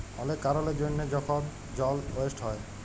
অলেক কারলের জ্যনহে যখল জল ওয়েস্ট হ্যয়